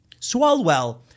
Swalwell